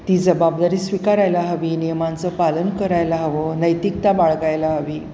ती जबाबदारी स्वीकारायला हवी नियमांचं पालन करायला हवं नैतिकता बाळकायला हवी